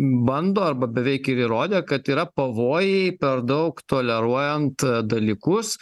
bando arba beveik ir įrodė kad yra pavojai per daug toleruojant dalykus